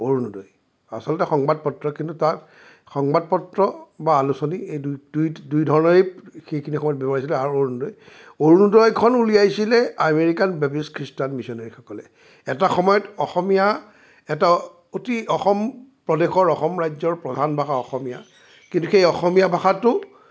অৰুণোদয় আচলতে সংবাদপত্ৰ কিন্তু তাক সংবাদপত্ৰ বা আলোচনী এই দুই দুই দুই ধৰণেই সেইখিনি সময়ত ব্যৱহাৰ হৈছিলে আৰু অৰুণোদয় অৰুণোদয়খন উলিয়াইছিলে আমেৰিকান বেপ্টিষ্ট খ্ৰীষ্টান মিছনাৰীসকলে এটা সময়ত অসমীয়া এটা অতি অসম প্ৰদেশৰ অসম ৰাজ্যৰ প্ৰধান ভাষা অসমীয়া কিন্তু সেই অসমীয়া ভাষাটো